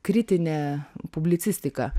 kritinė publicistika